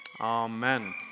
amen